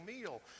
meal